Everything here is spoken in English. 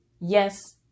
Yes